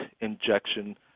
injection